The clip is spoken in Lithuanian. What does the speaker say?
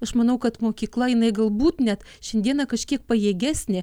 aš manau kad mokykla jinai galbūt net šiandieną kažkiek pajėgesnė